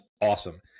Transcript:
awesome